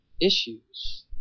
issues